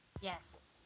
Yes